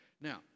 Now